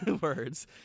words